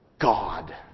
God